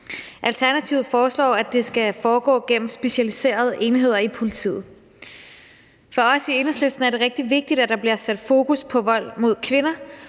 Alternativet foreslår, at det skal foregå gennem specialiserede enheder i politiet. For os i Enhedslisten er det rigtig vigtigt, at der bliver sat fokus på vold mod kvinder,